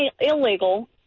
illegal